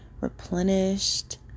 replenished